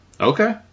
okay